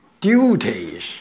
duties